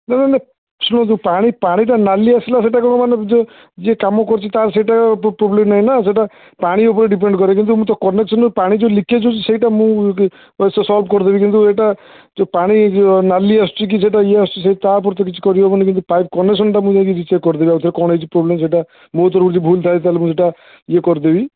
ଶୁଣନ୍ତୁ ପାଣି ପାଣିଟା ନାଲି ଆସିଲା ସେଇଟା କ'ଣ ମାନେ ଯିଏ କାମ କରୁଛି ତାର ସେଇଟା ପ୍ରୋବ୍ଲେମ୍ ନାହିଁ ନା ସେଇଟା ପାଣି ଉପରେ ଡିପେଣ୍ଡ କରେ କିନ୍ତୁ ମୁଁ ତ କନେକ୍ସନ୍ ପାଣି ଯେଉଁ ଲିକେଜ୍ ହେଉଛି ସେଇଟା ମୁଁ ସଲଭ୍ କରିଦେବି କିନ୍ତୁ ଏଇଟା ଯେଉଁ ପାଣି ନାଲି ଆସୁଛି କି ସେଇଟା ଇଏ ଆସୁଛି ତାପରେ ତ କିଛି କରି ହେବନି କିନ୍ତୁ ପାଇପ୍ କନେକ୍ସନ୍ଟା ମୁଁ ଯାଇକି ରିଚେକ୍ କରିଦେବି ଆଉ ଥରେ କ'ଣ ହେଇଛି ପ୍ରୋବ୍ଲେମ୍ ସେଇଟା ମୋର ତରଫରୁ ଯଦି ଭୁଲ୍ ଥାଏ ତା'ହେଲେ ମୁଁ ସେଇଟା ଇଏ କରିଦେବି